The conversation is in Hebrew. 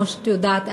כמו שאת יודעת,